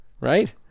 right